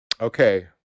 okay